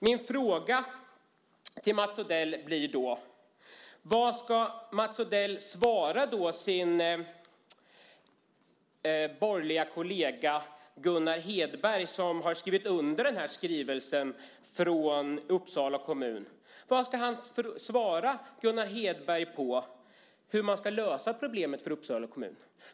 Min fråga till Mats Odell blir: Vad ska Mats Odell svara sin borgerliga kollega Gunnar Hedberg som har skrivit under skrivelsen från Uppsala kommun? Vad ska han svara Gunnar Hedberg om hur man ska lösa problemet för Uppsala kommun?